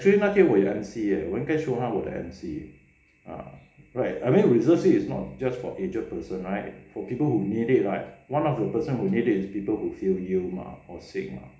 actually 那天我有 M_C 耶我应该 show 他我的 M_C ah right I mean reserved seat is not just for injured person right for people who need it like one of the person who need it is people who feel ill mah or sick